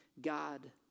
God